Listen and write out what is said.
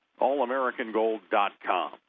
Allamericangold.com